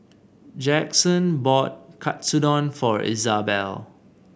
Jaxon bought Katsudon for Izabelle